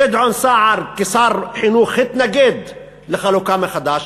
גדעון סער, כשר חינוך, התנגד לחלוקה מחדש.